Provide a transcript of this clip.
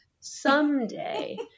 someday